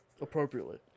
appropriately